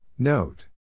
Note